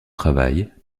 travail